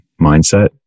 mindset